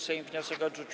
Sejm wniosek odrzucił.